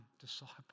disciple